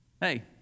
Hey